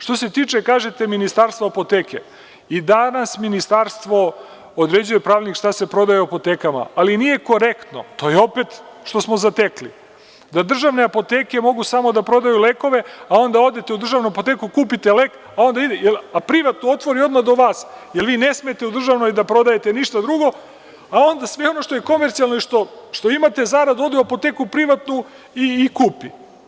Što se tiče kažete Ministarstva, apoteke, i danas Ministarstvo određuje pravilnik šta se prodaje u apotekama, ali nije korektno, to je opet što smo zatekli da državne apoteke mogu samo da prodaju lekove a onda odete u državnu apoteku, a privatnu otvori odmah do vas jer vi ne smete u državnoj da prodajete ništa drugo, a onda sme ono što je komercijalno i što imate zaradu, ode u privatnu apoteku i kupi.